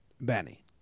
benny